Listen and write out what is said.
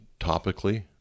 topically